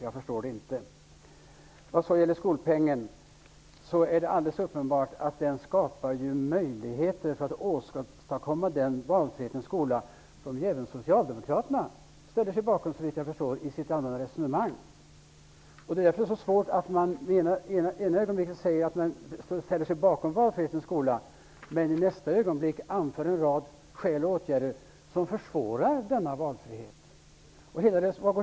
Jag förstår det inte. Det är alldeles uppenbart att skolpengen skapar möjligheter att åstadkomma den valfrihetens skola som såvitt jag förstår även socialdemokraterna ställer sig bakom i sitt allmänna resonemang. Därför blir det så svårt när man i ena ögonblicket ställer sig bakom valfrihetens skola men i nästa anför en rad skäl och åtgärder som försvårar denna valfrihet.